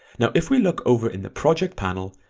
now if we look over in the project panel,